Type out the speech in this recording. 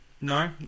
No